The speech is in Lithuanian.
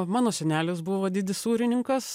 mano senelis buvo didis sūrininkas